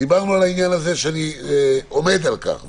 דיברנו על העניין הזה שאני עומד על כך,